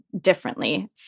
differently